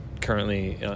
currently